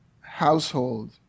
household